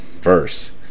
verse